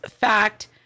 fact